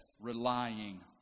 relying